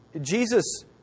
Jesus